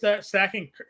stacking